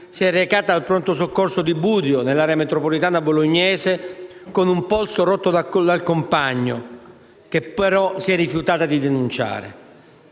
si è recata al pronto soccorso di Budrio, nell'area metropolitana bolognese, con un polso rotto dal compagno, che però si è rifiutata di denunciare.